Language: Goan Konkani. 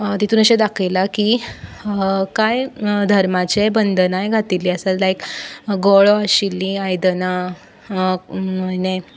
तितून अशें दाखयलां की कांय धर्माचे बंधनाय घातिल्लीं आसा लायक गळो आशिल्लीं आयदनां हिणे